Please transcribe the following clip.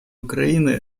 украины